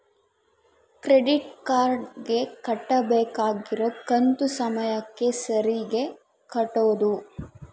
credit card ಗೆ ಕಟ್ಬಕಾಗಿರೋ ಕಂತು ಸಮಯಕ್ಕ ಸರೀಗೆ ಕಟೋದು